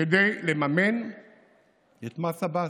כדי לממן את מס עבאס,